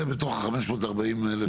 כל זה בתוך ה-540 אלף?